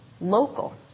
local